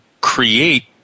create